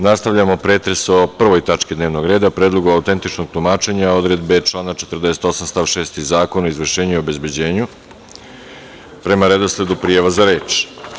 Nastavljamo pretres o Prvoj tački dnevnog reda – Predlogu autentičnog tumačenja odredbe člana 48. stav 6. Zakona o izvršenju i obezbeđenju prema redosledu prijava za reč.